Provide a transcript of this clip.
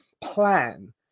plan